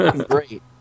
great